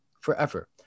forever